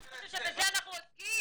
אתה חושב שבזה אנחנו עוסקים?